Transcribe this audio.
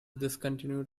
discontinued